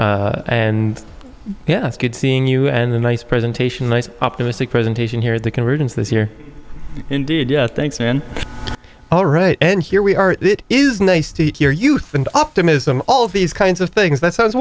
much and yeah it's good seeing you and a nice presentation nice optimistic presentation here at the convergence this year indeed yeah thanks man all right and here we are it is nice to hear youth and optimism all these kinds of things that sounds